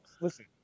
listen